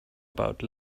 about